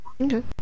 okay